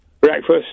breakfast